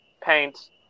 paint